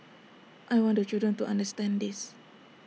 I want the children to understand this